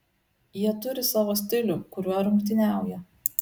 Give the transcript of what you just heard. jie turi savo stilių kuriuo rungtyniauja